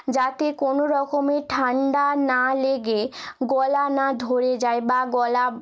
যাতে কোনোরকমে ঠান্ডা না লেগে গলা না ধরে যায় বা গলা